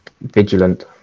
vigilant